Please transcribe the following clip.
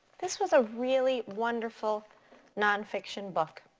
this was a really wonderful non-fiction book.